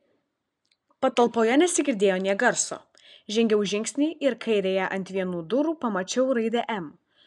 patalpoje nesigirdėjo nė garso žengiau žingsnį ir kairėje ant vienų durų pamačiau raidę m